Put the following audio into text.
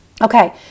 Okay